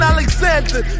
Alexander